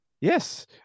Yes